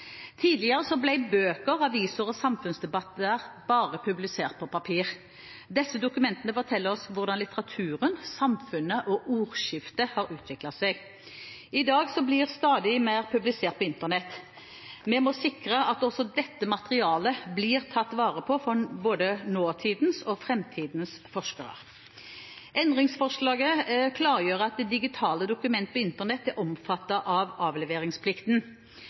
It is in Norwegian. Tidligere ble bøker, aviser og samfunnsdebatter bare publisert på papir. Disse dokumentene forteller oss hvordan litteraturen, samfunnet og ordskiftet har utviklet seg. I dag blir stadig mer publisert på Internett. Vi må sikre at også dette materialet blir tatt vare på for både nåtidens og framtidens forskere. Endringsforslaget klargjør at digitale dokumenter på Internett er omfattet av avleveringsplikten.